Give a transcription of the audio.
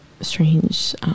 strange